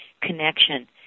connection